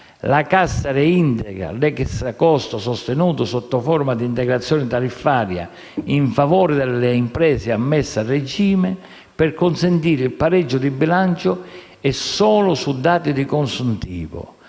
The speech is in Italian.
la Cassa reintegra l'extracosto sostenuto sotto forma di integrazione tariffaria in favore delle imprese ammesse al regime, per consentirne il pareggio di bilancio e solo su dati di consuntivo